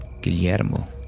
Guillermo